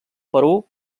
perú